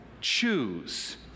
choose